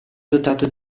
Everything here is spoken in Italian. dotato